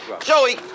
Joey